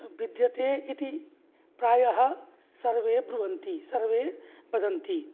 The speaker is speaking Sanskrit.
विद्यते इति प्रायः सर्वे ब्रुवन्ति सर्वे वदन्ति